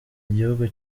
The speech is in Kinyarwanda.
igihugu